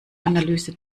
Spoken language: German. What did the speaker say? analyse